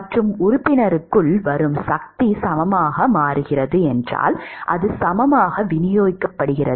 மற்றும் உறுப்பினருக்குள் வரும் சக்தி சமமாக மாறுகிறது என்றால் சமமாக விநியோகிக்கப்படுகிறது